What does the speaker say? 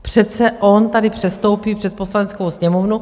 Přece on tady předstoupí před Poslaneckou sněmovnu.